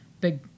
big